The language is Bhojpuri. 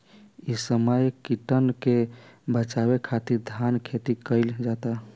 इ समय कीटन के बाचावे खातिर धान खेती कईल जाता